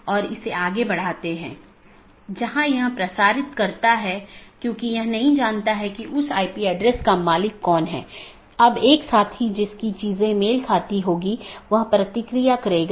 OSPF और RIP का उपयोग AS के माध्यम से सूचना ले जाने के लिए किया जाता है अन्यथा पैकेट को कैसे अग्रेषित किया जाएगा